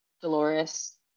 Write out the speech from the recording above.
Dolores